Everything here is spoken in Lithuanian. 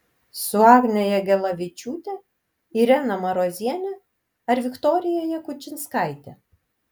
su agne jagelavičiūte irena maroziene ar viktorija jakučinskaite